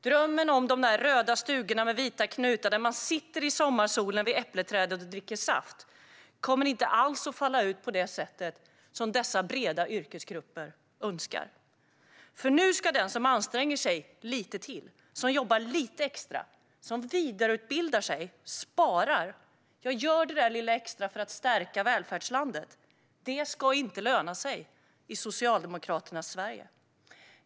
Drömmen om de röda stugorna med vita knutar där man sitter i sommarsolen vid äppelträdet och dricker saft kommer inte alls att falla ut på det sätt som dessa breda yrkesgrupper önskar. Att anstränga sig, jobba lite extra, vidareutbilda sig, spara och göra det lilla extra för att stärka välfärdslandet ska inte löna sig i Socialdemokraternas Sverige.